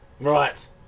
Right